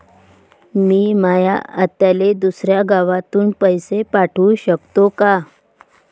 मी माया आत्याले दुसऱ्या गावातून पैसे पाठू शकतो का?